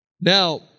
Now